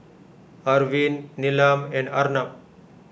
Arvind Neelam and Arnab